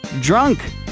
drunk